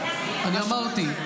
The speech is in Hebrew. אני אמרתי.